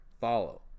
follow